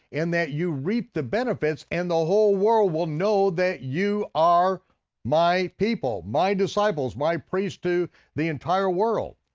and that you reap the benefits, and the whole world will know that you are my people, my disciples, my priests to the entire world.